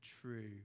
true